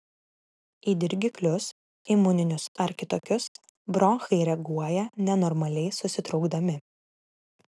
į dirgiklius imuninius ar kitokius bronchai reaguoja nenormaliai susitraukdami